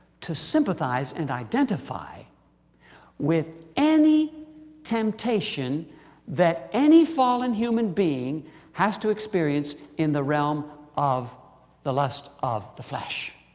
to sympathize and identify with any temptation that any fallen human being has to experience, in the realm of the lust of the flesh.